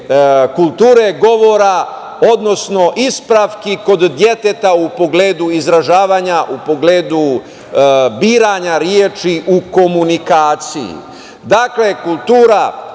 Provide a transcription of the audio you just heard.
kulture govora, odnosno ispravki kod deteta u pogledu izražavanja, u pogledu biranja reči u komunikaciji. Dakle, kultura